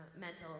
mental